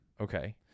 Okay